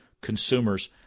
consumers